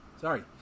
sorry